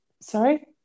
Sorry